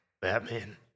Batman